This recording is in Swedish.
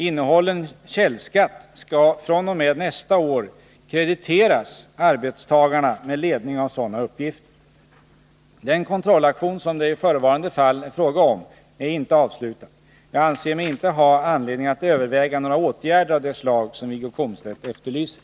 Innehållen källskatt skall fr.o.m. nästa år krediteras arbetstagarna med ledning av sådana uppgifter. Den kontrollaktion som det i förevarande fall är fråga om är inte avslutad. Jag anser mig inte ha anledning att överväga några åtgärder av det slag som Wiggo Komstedt efterlyser.